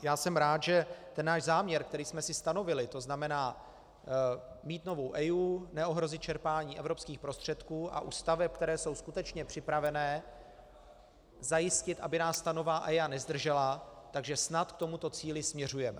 Já jsem rád, že ten náš záměr, který jsme si stanovili, to znamená mít novou EIA, neohrozit čerpání evropských prostředků a u staveb, které jsou skutečně připravené, zajistit, aby nás ta nová EIA nezdržela, že snad k tomuto cíli směřujeme.